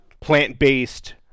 plant-based